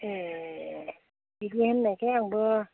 ए बिदि होननायखाय आंबो